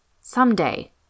Someday